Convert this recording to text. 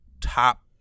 top